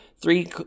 three